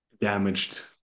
damaged